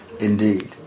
indeed